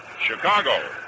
Chicago